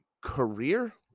career